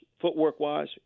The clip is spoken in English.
footwork-wise